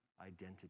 identity